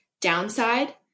downside